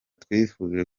twifuje